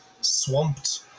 swamped